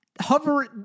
hover